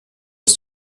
ist